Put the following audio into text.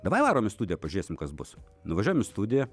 davai varom į studiją pažiūrėsim kas bus nuvažiuojam į studiją